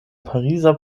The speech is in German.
pariser